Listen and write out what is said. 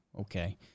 Okay